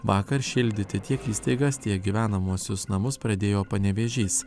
vakar šildyti tiek įstaigas tiek gyvenamuosius namus pradėjo panevėžys